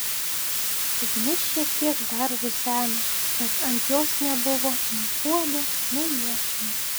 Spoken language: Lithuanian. ugnis šiek tiek dar ruseno bet ant jos nebuvo nei puodo nei iešmo